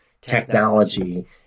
technology